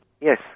Yes